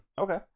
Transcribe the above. okay